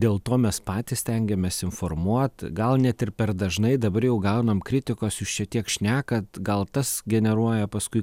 dėl to mes patys stengiamės informuot gal net ir per dažnai dabar jau gaunam kritikos jūs čia tiek šnekat gal tas generuoja paskui